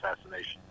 assassination